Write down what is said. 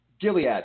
Gilead